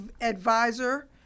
advisor